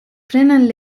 prennent